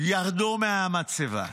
ירדו מהמצבה.